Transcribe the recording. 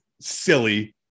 silly